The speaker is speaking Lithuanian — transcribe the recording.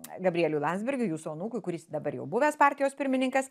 gabrieliui landsbergiui jūsų anūkui kuris dabar jau buvęs partijos pirmininkas